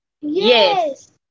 Yes